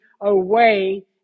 away